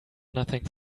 nothing